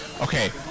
Okay